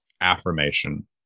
affirmation